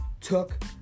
took